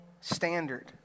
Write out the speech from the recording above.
standard